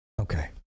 okay